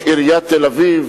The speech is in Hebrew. עיריית תל-אביב,